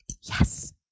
Yes